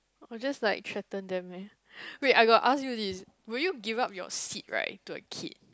or just like threaten them meh wait I got ask you this would you give up your seat right to a kid